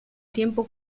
tiempo